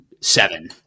seven